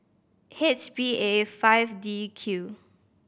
H B A five D Q